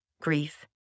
grief